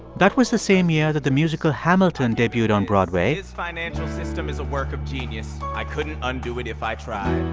that was the same year that the musical hamilton debuted on broadway his financial system is a work of genius. i couldn't undo it if i tried